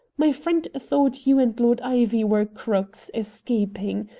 my friend thought you and lord ivy were crooks, escaping.